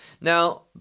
now